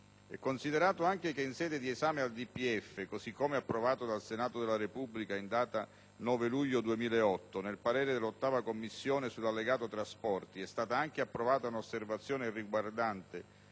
Considerato anche che in sede di esame del DPEF così come approvato dal Senato della Repubblica in data 9 luglio 2008, nel parere della 8a Commissione sull'allegato trasporti, è stata anche approvata un'osservazione riguardante